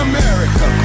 America